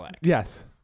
Yes